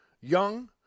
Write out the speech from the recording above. Young